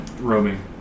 roaming